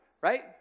right